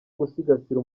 gusigasira